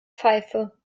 pfeife